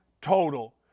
total